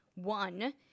One